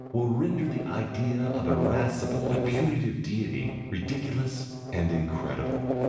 will render the idea of an irascible and punitive deity ridiculous and incredible.